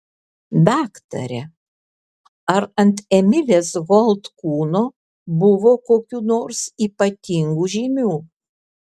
daktare ar ant emilės gold kūno buvo kokių nors ypatingų žymių